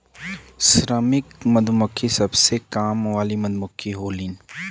श्रमिक मधुमक्खी सबसे काम वाली मधुमक्खी होलीन